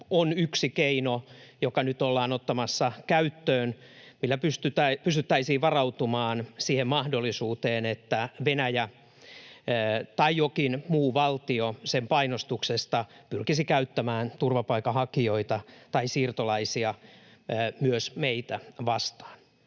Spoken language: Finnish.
on yksi keino, joka nyt ollaan ottamassa käyttöön ja millä pystyttäisiin varautumaan siihen mahdollisuuteen, että Venäjä tai jokin muu valtio sen painostuksesta pyrkisi käyttämään turvapaikanhakijoita tai siirtolaisia myös meitä vastaan.